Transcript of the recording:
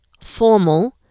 formal